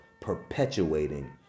perpetuating